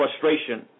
frustration